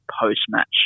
post-match